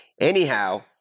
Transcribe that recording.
Anyhow